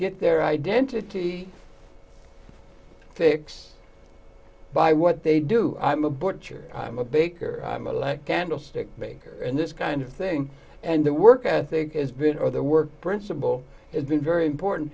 get their identity fix by what they do i'm a butcher i'm a baker i'm a like candlestick maker and this kind of thing and the work ethic has been or the work principle has been very important